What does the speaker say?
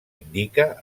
indica